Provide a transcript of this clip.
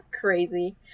crazy